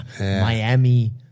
Miami